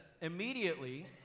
Immediately